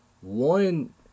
One